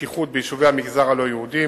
בטיחות ביישובי המגזר הלא-יהודי.